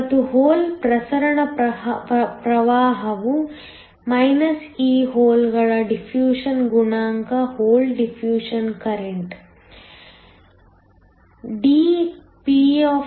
ಮತ್ತು ಹೋಲ್ ಪ್ರಸರಣ ಪ್ರವಾಹವು e ಹೋಲ್ಗಳ ಡಿಫ್ಯೂಷನ್ ಗುಣಾಂಕ ಹೋಲ್ ಡಿಫ್ಯೂಷನ್ ಕರೆಂಟ್ dpndx